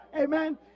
Amen